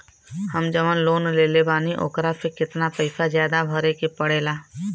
हम जवन लोन लेले बानी वोकरा से कितना पैसा ज्यादा भरे के पड़ेला?